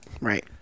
Right